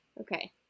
Okay